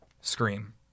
scream